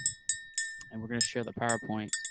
and we're going to share the powerpoint.